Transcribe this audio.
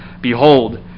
Behold